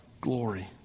glory